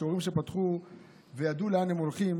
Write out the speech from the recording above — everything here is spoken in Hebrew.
שהורים שפתחו וידעו לאן הם הולכים,